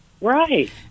Right